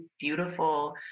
beautiful